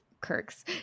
Kirk's